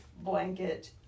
blanket